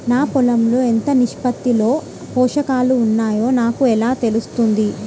నా పొలం లో ఎంత నిష్పత్తిలో పోషకాలు వున్నాయో నాకు ఎలా తెలుస్తుంది?